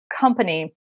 company